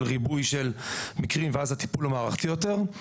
ריבוי של מקרים ואז הטיפול הוא מערכתי יותר.